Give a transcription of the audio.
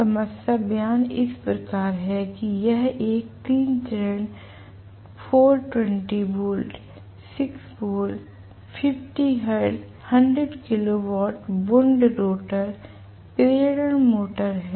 समस्या बयान इस प्रकार है कि यह एक 3 चरण 420 volt 6 pole 50 hertz 100 kilowatt wound rotor प्रेरण मोटर है